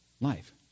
life